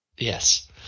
Yes